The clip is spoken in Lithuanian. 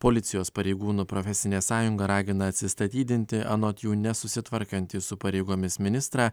policijos pareigūnų profesinė sąjunga ragina atsistatydinti anot jų nesusitvarkanti su pareigomis ministrą